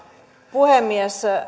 puhemies